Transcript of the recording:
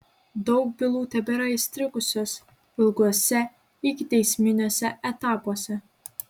daug bylų tebėra įstrigusios ilguose ikiteisminiuose etapuose